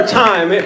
time